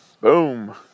Boom